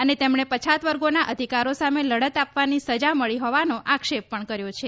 અને તેમણે પછાતવર્ગોના અધિકારો સામે લડત આપવાની સજા મળી હોવાનો આક્ષેપ પણ કર્યો છે